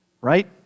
right